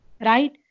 Right